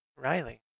Riley